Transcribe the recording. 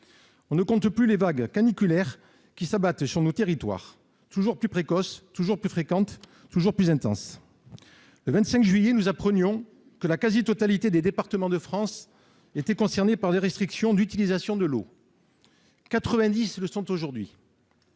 On ne compte plus les vagues caniculaires qui s'abattent sur le territoire, toujours plus précoces, toujours plus fréquentes et toujours plus intenses. Le 25 juillet dernier, nous apprenions que la quasi-totalité des départements de France étaient concernés par des restrictions d'utilisation de l'eau : pas moins